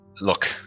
Look